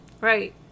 Right